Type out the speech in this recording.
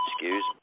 Excuse